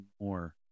more